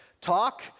talk